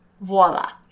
Voila